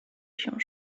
się